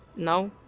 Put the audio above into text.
no?